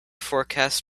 forecast